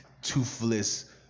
toothless